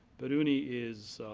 biruni is